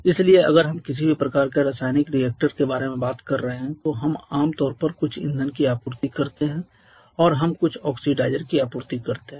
इसलिए अगर हम किसी भी प्रकार के रासायनिक रिएक्टर के बारे में बात कर रहे हैं तो हम आम तौर पर कुछ ईंधन की आपूर्ति करते हैं और हम कुछ ऑक्सीडाइज़र की आपूर्ति करते हैं